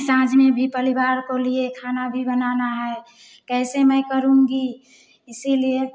सांझ में भी परिवार को लिए खाना भी बनाना है कैसे मैं करूँगी इसीलिए